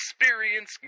experience